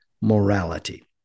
morality